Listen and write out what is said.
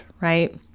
right